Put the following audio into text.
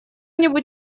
либо